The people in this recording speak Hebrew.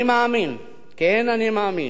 אני מאמין, כן אני מאמין.